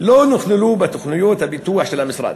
לא נכללו בתוכניות הפיתוח של המשרד.